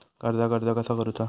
कर्जाक अर्ज कसा करुचा?